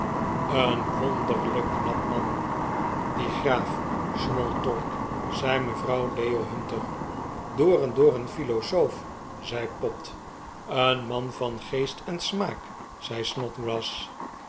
eeh wonderlijk knap man die graaf smorltork zei mevrouw leo hunter door en door een philosoof zei pott een man van geest en smaak zei